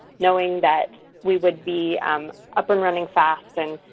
knowing that we would be um up and running fast and